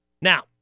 Now